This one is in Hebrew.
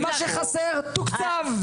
ומה שחסר תוקצב,